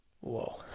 Whoa